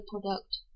product